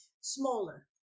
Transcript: smaller